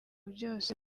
byose